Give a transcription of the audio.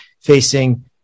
facing